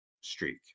streak